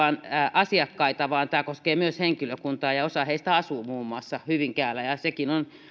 asiakkaita vaan tämä koskee myös henkilökuntaa osa heistä asuu muun muassa hyvinkäällä ja ja sekin on